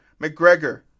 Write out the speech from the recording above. McGregor